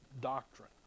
doctrine